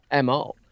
MO